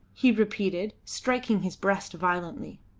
he repeated, striking his breast violently.